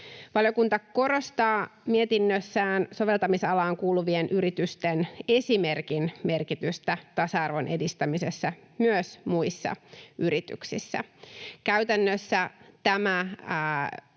Valiokunta korostaa mietinnössään soveltamisalaan kuuluvien yritysten esimerkin merkitystä tasa-arvon edistämisessä myös muissa yrityksissä. Käytännössä tämä